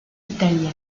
italienne